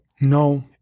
No